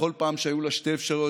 בכל פעם שהיו לה שתי אפשרויות,